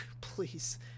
please